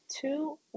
Two